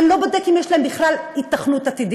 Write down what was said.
אני לא בודק אם יש להם בכלל היתכנות עתידית,